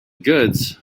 goods